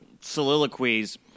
soliloquies